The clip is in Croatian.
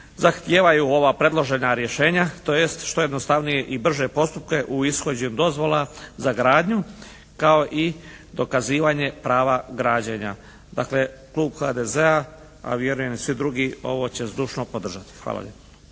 zahtijevaju ova predložena rješenja, tj. što jednostavnije i brže postupke u ishođenju dozvola za gradnju kao i dokazivanje prava građenja. Dakle klub HDZ-a, a vjerujem i svi drugi ovo će zdušno podržati. Hvala